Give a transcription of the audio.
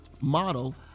model